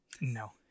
No